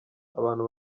abantu